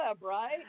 right